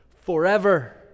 forever